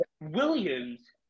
Williams